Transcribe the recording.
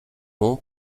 nom